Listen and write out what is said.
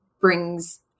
Brings